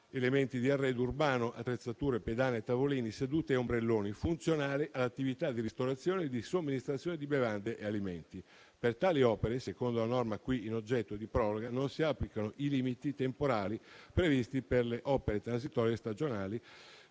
elementi di arredo urbano, attrezzature, pedane, tavolini, sedute e ombrelloni, funzionali all'attività di ristorazione e di somministrazione di bevande e alimenti. Per tali opere, secondo la norma in oggetto di proroga, non si applicano i limiti temporali previsti per le opere transitorie e stagionali,